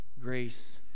Grace